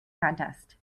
contest